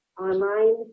online